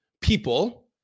people